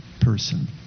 person